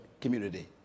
community